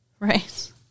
Right